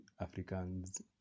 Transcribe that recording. Africans